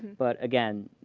but, again,